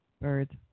birds